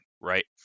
right